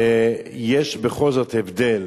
שיש בכל זאת הבדל